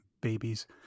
babies